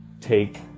take